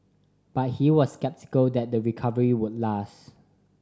but he was sceptical that the recovery would last